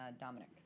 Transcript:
Dominic